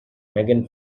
megan